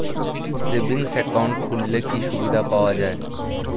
Savings account খুললে কি সুবিধা পাওয়া যায়?